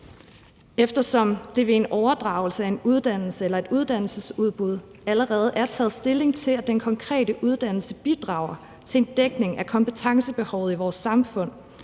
Eftersom der ved en overdragelse af en uddannelse eller et uddannelsesudbud allerede er taget stilling til og det er blevet afgjort, at den konkrete uddannelse bidrager til en dækning af kompetencebehovet i vores samfund